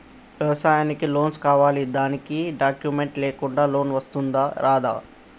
వ్యవసాయానికి లోన్స్ కావాలి దానికి డాక్యుమెంట్స్ లేకుండా లోన్ వస్తుందా రాదా?